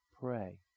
Pray